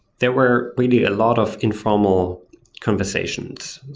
there were really a lot of informal conversations.